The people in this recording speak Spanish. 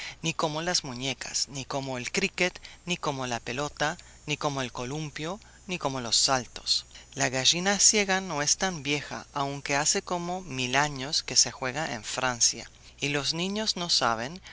ni como las muñecas ni como el cricket ni como la pelota ni como el columpio ni como los saltos la gallina ciega no es tan vieja aunque hace como mil años que se juega en francia y los niños no saben